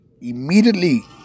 Immediately